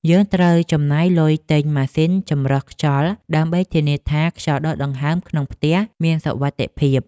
យើងត្រូវចំណាយលុយទិញម៉ាស៊ីនចម្រោះខ្យល់ដើម្បីធានាថាខ្យល់ដកដង្ហើមក្នុងផ្ទះមានសុវត្ថិភាព។